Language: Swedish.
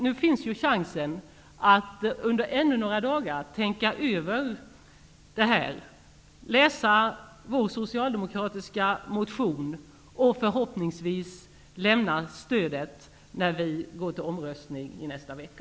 Nu finns dock chansen att under ytterligare några dagar tänka över det här och läsa vår socialdemokratiska motion. Förhoppningsvis kommer ni då att lämna ert stöd när vi går till omröstning i nästa vecka.